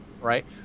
right